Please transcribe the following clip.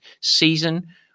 season